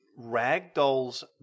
ragdolls